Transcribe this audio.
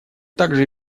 также